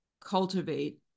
cultivate